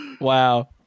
Wow